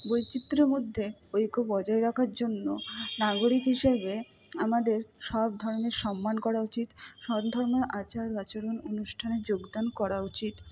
বৈচিত্র্যের মধ্যে ঐক্য বজায় রাখার জন্য নাগরিক হিসাবে আমাদের সব ধর্মের সম্মান করা উচিত সব ধর্মের আচার আচরণ অনুষ্ঠানে যোগদান করা উচিত